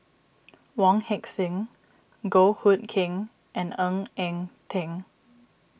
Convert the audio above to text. Wong Heck Sing Goh Hood Keng and Ng Eng Teng